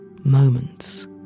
moments